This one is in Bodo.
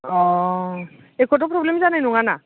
अ एख'थ' प्रब्लेम जानाय नङाना